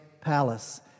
palace